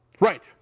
Right